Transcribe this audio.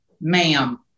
ma'am